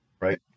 right